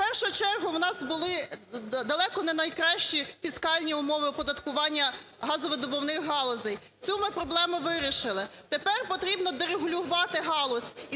В першу чергу, у нас були далеко не найкращі фіскальні умови оподаткування газовидобувних галузей. Цю ми проблему вирішили. Тепер потрібно дерегулювати галузь,